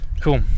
Cool